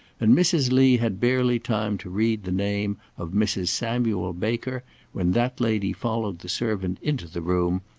and mrs. lee had barely time to read the name of mrs. samuel baker when that lady followed the servant into the room,